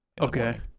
Okay